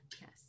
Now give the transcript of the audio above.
Yes